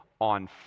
on